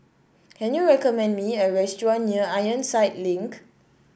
can you recommend me a restaurant near Ironside Link